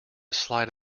slide